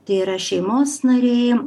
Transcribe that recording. tai yra šeimos nariai